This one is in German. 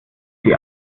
sie